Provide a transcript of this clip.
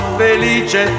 felice